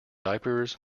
diapers